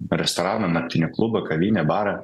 per restoraną naktinį klubą kavinę barą